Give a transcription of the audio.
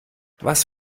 was